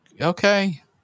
okay